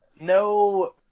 no